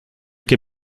que